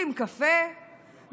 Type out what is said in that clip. שותים קפה,